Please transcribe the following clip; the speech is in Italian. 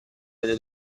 delle